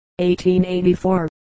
1884